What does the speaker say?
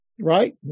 right